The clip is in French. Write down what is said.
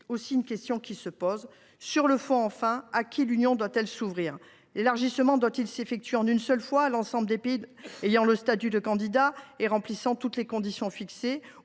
? La question se pose ! Enfin, sur le fond, à qui l’Union doit elle s’ouvrir ? L’élargissement doit il s’effectuer en une seule fois à l’ensemble des pays ayant le statut de candidat et remplissant toutes les conditions fixées,